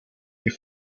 die